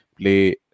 play